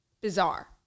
bizarre